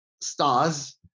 stars